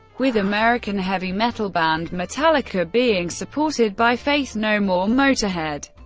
with american heavy metal band metallica, being supported by faith no more, motorhead,